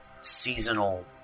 seasonal